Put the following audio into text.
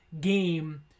game